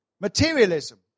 Materialism